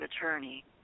attorney